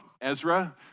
Ezra